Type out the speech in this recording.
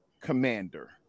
commander